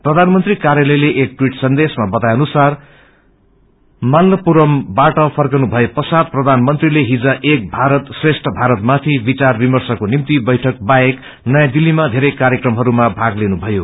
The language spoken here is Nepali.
प्रधानमंत्री कायालयले एक करोड़ टवीट सन्देशमा बताए अनुसार मामल्लपुरमबाट फर्कनु भए पश्वात प्रधानमंत्रीले हिज एक भारत श्रेष्ठ भारत माथि विचार विर्मश्रको निम्ति बैठक बोहेक नयाँ दिल्लीमा बेरै कार्यक्रमहरूमा भाग लिनुमयो